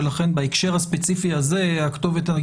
ולכן בהקשר הספציפי הזה הכתובת היא